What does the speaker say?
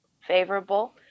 favorable